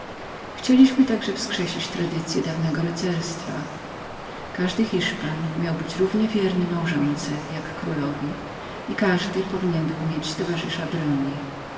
chcieliśmy także wskrzesić dawny duch rycerstwa każdy hiszpan miał być równie wiernym małżonce jak królowi i każdy powinien był mieć towarzysza broni